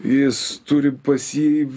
jis turi pas jį